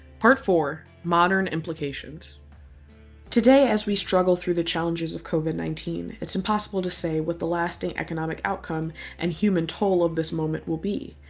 part four modern implications today, as we struggle through the challenges of covid nineteen, it's impossible to say what the lasting economic outcome and human toll of this moment will be.